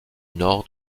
nord